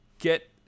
get